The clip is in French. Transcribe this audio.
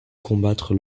combattre